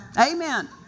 Amen